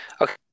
Okay